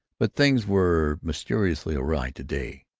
but things were mysteriously awry to-day.